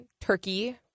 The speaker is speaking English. turkey